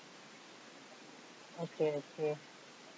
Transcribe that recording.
okay okay